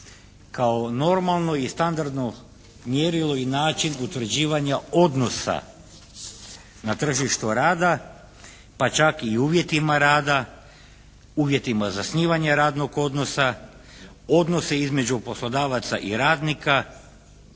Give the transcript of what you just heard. kao normalno i standardno mjerilo i način utvrđivanja odnosa na tržištu rada pa čak i u uvjetima rada, uvjetima zasnivanja radnog odnosa, odnosi između poslodavaca i radnika